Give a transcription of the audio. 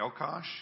Elkosh